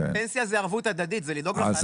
פנסיה זה ערבות הדדית, זה לדאוג לחלש.